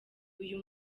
uyu